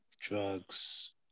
drugs